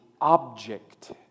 object